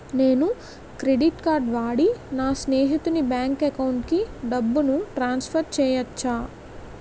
నేను credit card వాడి నా స్నేహితుని బ్యాంక్ అకౌంట్ కి డబ్బును ట్రాన్సఫర్ చేయచ్చా?